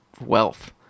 wealth